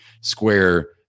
square